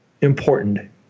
important